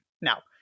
Now